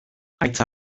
haitz